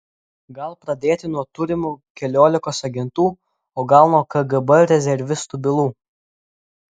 gal pradėti nuo turimų keliolikos agentų o gal nuo kgb rezervistų bylų